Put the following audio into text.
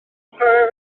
chwarae